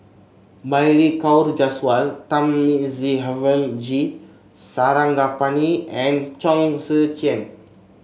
Balli Kaur Jaswal Thamizhavel G Sarangapani and Chong Tze Chien